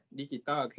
digital